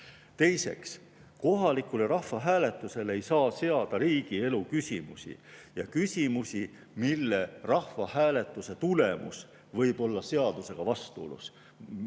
Teiseks, kohalikule rahvahääletusele ei saa seada riigielu küsimusi ja küsimusi, mille rahvahääletuse tulemus võib olla seadusega vastuolus,